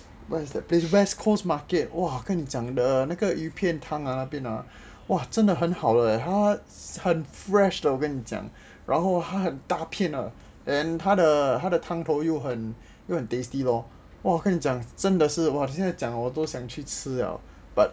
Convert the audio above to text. where's that place west coast market !wah! 跟你讲的那个鱼片汤那边 ah !wah! 真的很好 leh 他很 fresh 的跟你讲然后他很大片啊 then 他的汤头又很 tasty lor 我跟你讲 !wah! 你现在讲我都想去吃 ah 真的是把这些讲我都想去吃药 but